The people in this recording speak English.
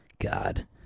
God